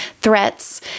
threats